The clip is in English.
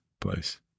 place